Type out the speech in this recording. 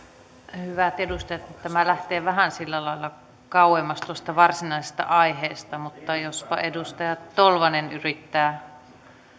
hyvät edustajat tämä lähtee vähän kauemmas tuosta varsinaisesta aiheesta mutta jospa edustaja tolvanen yrittää